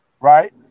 Right